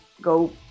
go